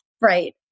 right